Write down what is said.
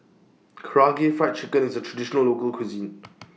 Karaage Fried Chicken IS A Traditional Local Cuisine